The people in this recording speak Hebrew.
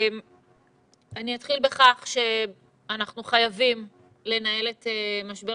אני אתחיל בכך שאנחנו חייבים לנהל את משבר